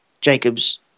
Jacob's